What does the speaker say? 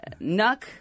Nuck